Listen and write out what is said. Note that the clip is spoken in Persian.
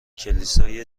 کلیسای